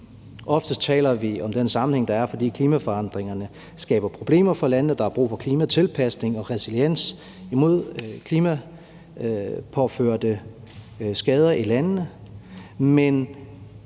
Oftest taler vi om den sammenhæng, der er, fordi klimaforandringerne skaber problemer for lande og der er brug for klimatilpasning og resiliens imod klimapåførte skader i landene.